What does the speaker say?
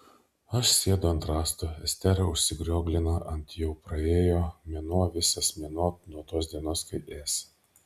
aš sėdu ant rąsto estera užsirioglina ant jau praėjo mėnuo visas mėnuo nuo tos dienos kai ės